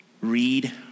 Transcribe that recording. Read